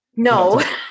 No